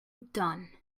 done